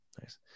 nice